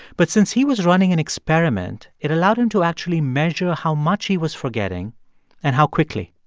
but since he was running an experiment, it allowed him to actually measure how much he was forgetting and how quickly.